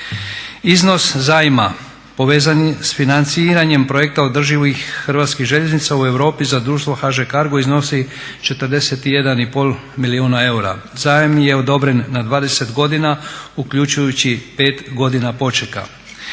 Iznos zajma povezan je sa financiranjem projekta održivih Hrvatskih željeznica u Europi za društvo HŽ Cargo iznosi 41,5 milijuna eura. Zajam je odobren na 20 godina uključujući 5 godina počeka.